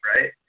right